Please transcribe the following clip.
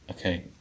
Okay